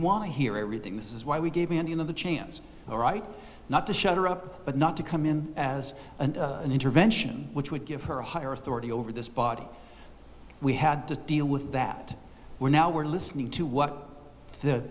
want to hear everything this is why we gave the ending of the chance all right not to shut her up but not to come in as an intervention which would give her a higher authority over this body we had to deal with that we're now we're listening to what the